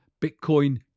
Bitcoin